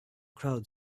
crowd